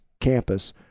campus